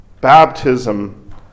baptism